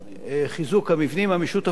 חיזוק המבנים המשותפים,